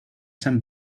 some